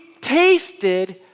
tasted